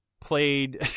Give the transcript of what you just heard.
played